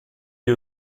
gli